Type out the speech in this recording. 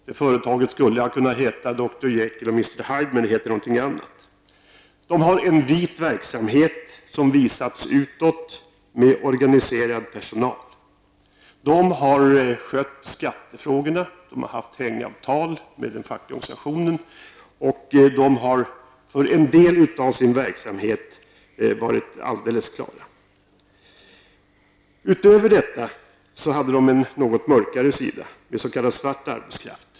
Det företaget skulle ha kunnat heta Dr Jekyll & Mr Hyde, men det heter något annat. Företaget har en vit verksamhet, som visats utåt, med organiserad personal. Företaget har skött skattefrågorna, har haft hängavtal med den fackliga organisationen och har för en del av sin verksamhet varit alldeles korrekt. Utöver detta har företaget en något mörkare sida med s.k. svart arbetskraft.